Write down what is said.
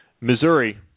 Missouri